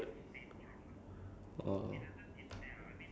ya I know but that one like after a few days cannot use already